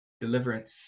deliverance